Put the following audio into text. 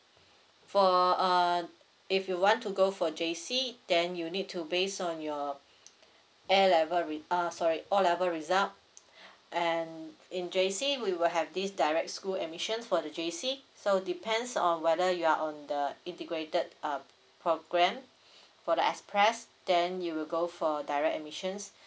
for uh if you want to go for J_C then you need to base on your a level re~ uh sorry o level result and in J_C we will have this direct school admission for the J_C so depends on whether you are on the integrated uh program for the express then you will go for direct admissions